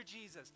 Jesus